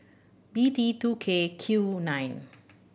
B T two K Q nine